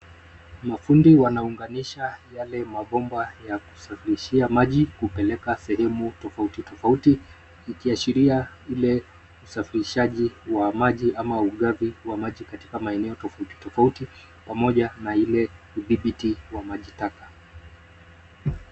Mafundi wanaunganisha yale mabomba ya kusafishia maji kupeleka sehemu tofauti tofauti likiashiria ile usafirishaji wa maji ama uuzaji wa maji katika maeneo tofauti tofauti pamoja na ile udhibiti wa maji taka.